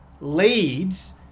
leads